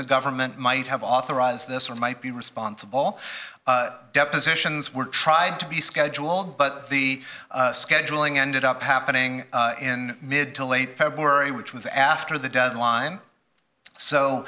the government might have authorized this or might be responsible depositions were tried to be scheduled but the scheduling ended up happening in mid to late february which was after the deadline so